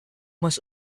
must